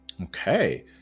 Okay